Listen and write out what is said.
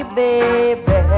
baby